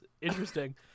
Interesting